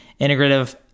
integrative